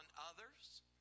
others